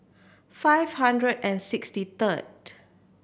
five hundred and sixty third